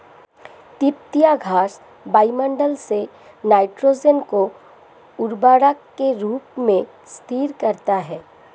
तिपतिया घास वायुमंडल से नाइट्रोजन को उर्वरक के रूप में स्थिर करता है